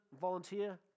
volunteer